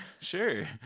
sure